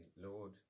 Lord